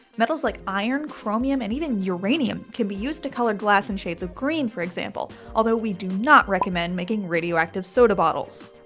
metals like iron, chromium, and even uranium can be used to color glass in shades of green, for example, although we do not recommend making radioactive soda bottles.